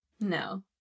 No